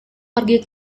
pergi